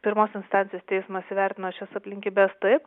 pirmos instancijos teismas įvertino šias aplinkybes taip